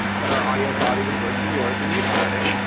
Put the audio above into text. but our audio quality was worse than yours when you started.